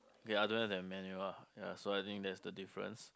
okay I don't have that menu ah ya so I think that's the difference